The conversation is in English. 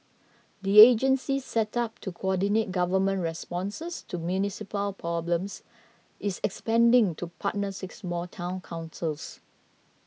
the agency set up to coordinate government responses to municipal problems is expanding to partner six more Town Councils